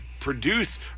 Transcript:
produce